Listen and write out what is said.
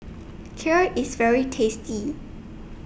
Kheer IS very tasty